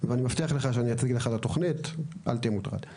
אני יודע שאצלנו במשרד יש כבר טיפול בנושא,